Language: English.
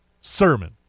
Sermon